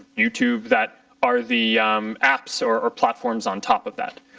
you tube, that are the apps or or platforms on top of that.